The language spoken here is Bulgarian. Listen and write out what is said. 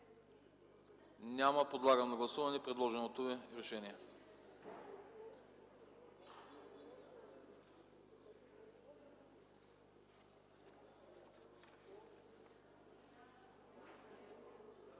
Няма. Подлагам на гласуване предложеното Ви решение.